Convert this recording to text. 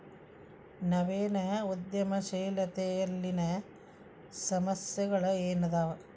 ನವೇನ ಉದ್ಯಮಶೇಲತೆಯಲ್ಲಿನ ಸಮಸ್ಯೆಗಳ ಏನದಾವ